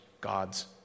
God's